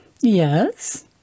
Yes